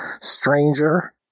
stranger